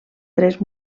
tres